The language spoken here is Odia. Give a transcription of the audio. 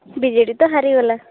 ବିଜେଡ଼ି ତ ହାରିଗଲା